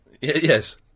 Yes